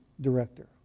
director